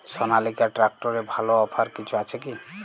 সনালিকা ট্রাক্টরে ভালো অফার কিছু আছে কি?